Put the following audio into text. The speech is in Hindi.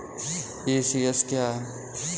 ई.सी.एस क्या है?